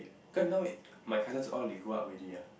cause now my cousins all they grow up already ah